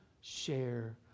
share